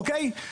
אוקיי?